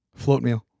Floatmeal